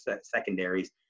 secondaries